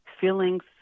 feelings